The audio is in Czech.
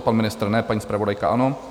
Pan ministr ne, paní zpravodajka ano.